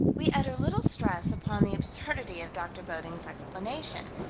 we utter little stress upon the absurdity of dr. bedding's explanation,